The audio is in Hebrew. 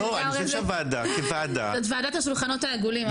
זאת ועדת השולחנות העגולים.